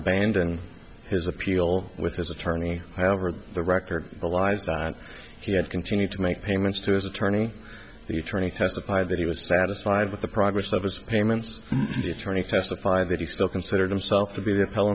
abandoned his appeal with his attorney however the record the lies that he had continued to make payments to his attorney the attorney testified that he was satisfied with the progress of his payments turning to testify that he still considered himself to be the